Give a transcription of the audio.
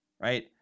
right